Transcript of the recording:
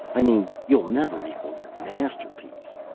i mean, you'll never equal your masterpiece.